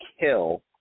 kill